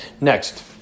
Next